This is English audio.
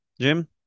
Jim